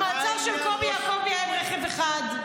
המעצר של קובי יעקובי היה עם רכב אחד,